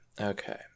okay